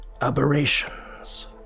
aberrations